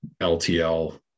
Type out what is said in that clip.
LTL